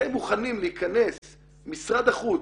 אתם מוכנים, משרד החוץ,